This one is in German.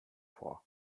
vor